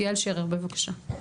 יעל שרר, בבקשה.